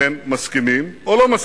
אתם מסכימים או לא מסכימים?